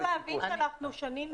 צריך להבין שאנחנו שנים מנסים.